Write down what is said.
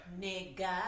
Nigga